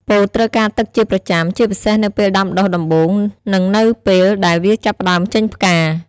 ពោតត្រូវការទឹកជាប្រចាំ ជាពិសេសនៅពេលដាំដុះដំបូង និងនៅពេលដែលវាចាប់ផ្ដើមចេញផ្កា។